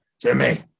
Jimmy